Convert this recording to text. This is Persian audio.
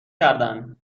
کردن